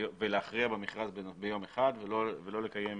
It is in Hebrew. ולהכריע במכרז ביום אחד ולא לקיים